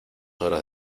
horas